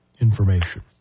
information